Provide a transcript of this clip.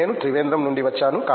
నేను త్రివేంద్రం నుండి వచ్చాను